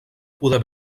poder